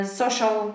social